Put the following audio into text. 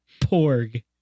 Porg